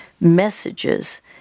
messages